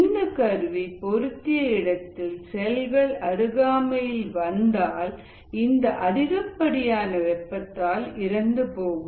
அந்த கருவி பொருத்திய இடத்தில் செல்கள் அருகாமையில் வந்தால் இந்த அதிகப்படியான வெப்பத்தால் இறந்துபோகும்